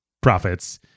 profits